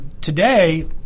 Today